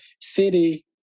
city